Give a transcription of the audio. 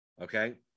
Okay